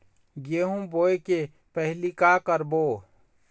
गेहूं बोए के पहेली का का करबो?